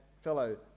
fellow